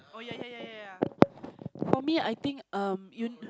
oh ya ya ya for me I think um you